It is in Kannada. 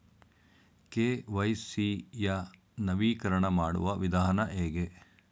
ಕೆ.ವೈ.ಸಿ ಯ ನವೀಕರಣ ಮಾಡುವ ವಿಧಾನ ಹೇಗೆ?